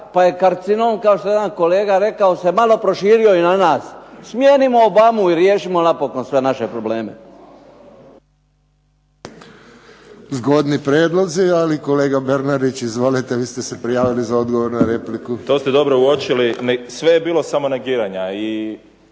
pa je karcinom kao što je jedan kolega rekao se malo proširio i na nas. Smijenimo Obamu i riješimo napokon sve naše probleme. **Friščić, Josip (HSS)** Zgodni prijedlozi, ali kolega Bernardić izvolite. Vi ste se prijavili za odgovor na repliku. **Bernardić, Davor (SDP)** To ste dobro uočili. Sve je bilo samo negiranja.